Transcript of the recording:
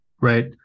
Right